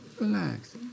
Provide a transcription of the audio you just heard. relax